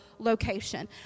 location